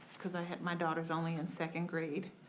cause ah my daughter's only in second grade,